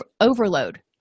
overload